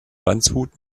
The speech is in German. landshut